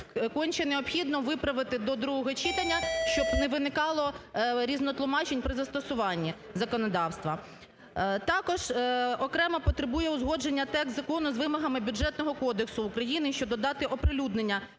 конче необхідно виправити до другого читання, щоб не виникало різнотлумачень при застосуванні законодавства. Також окремо потребує узгодження текст закону з вимогами Бюджетного кодексу України, що додати оприлюднення